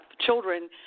children